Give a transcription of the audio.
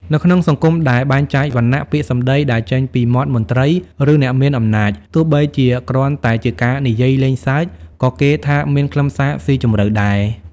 នៅក្នុងសង្គមដែលបែងចែកវណ្ណៈ ពាក្យសម្ដីដែលចេញពីមាត់មន្ត្រី ឬអ្នកមានអំណាច ទោះបីជាគ្រាន់តែជាការនិយាយលេងសើច ក៏គេថាមានខ្លឹមសារស៊ីជម្រៅដែរ ។